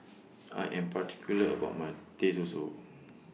I Am particular about My Teh Susu